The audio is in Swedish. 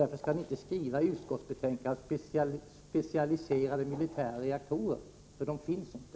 Därför skall ni inte skriva i utskottsbetänkandet ”specialiserade militära anläggningar”, för sådana finns inte.